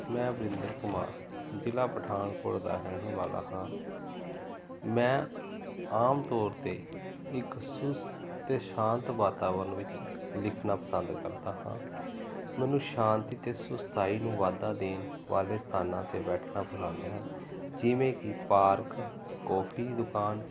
ਮੈਂ ਵਰਿੰਦਰ ਕੁਮਾਰ ਜ਼ਿਲ੍ਹਾ ਪਠਾਨਕੋਟ ਦਾ ਰਹਿਣ ਵਾਲਾ ਹਾਂ ਮੈਂ ਆਮ ਤੌਰ 'ਤੇ ਇੱਕ ਸੁਸਤ ਅਤੇ ਸ਼ਾਂਤ ਵਾਤਾਵਰਨ ਵਿੱਚ ਲਿਖਣਾ ਪਸੰਦ ਕਰਦਾ ਹਾਂ ਮੈਨੂੰ ਸ਼ਾਂਤੀ ਅਤੇ ਸੁਸਤਾਈ ਨੂੰ ਵਾਧਾ ਦੇਣ ਵਾਲੇ ਸਥਾਨਾਂ 'ਤੇ ਬੈਠਣਾ ਪਸੰਦ ਹੈ ਜਿਵੇਂ ਕਿ ਪਾਰਕ ਕੋਫ਼ੀ ਦੁਕਾਨ